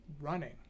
Running